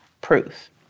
proof